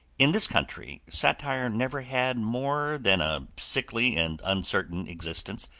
in this country satire never had more than a sickly and uncertain existence,